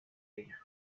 ella